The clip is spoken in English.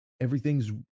everything's